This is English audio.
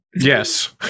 Yes